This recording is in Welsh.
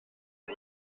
nhw